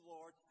Lord